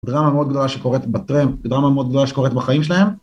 דרמה מאוד גדולה שקורת בטרם, דרמה מאוד גדולה שקורת בחיים שלהם.